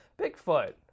Bigfoot